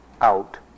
out